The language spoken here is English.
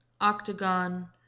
octagon